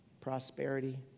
prosperity